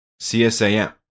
CSAM